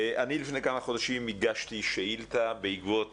לפני מספר חודשים אני הגשתי שאילתה בעקבות